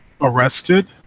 arrested